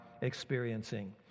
experiencing